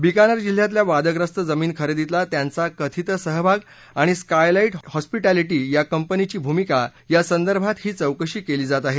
बिकानेर जिल्ह्यातल्या वादग्रस्त जमीन खरेदीतला त्यांचा कथित सहभाग आणि स्कायलाइट हॉस्पिटक्रिटी या कंपनीची भूमिका यासंदर्भात ही चौकशी केली जात आहे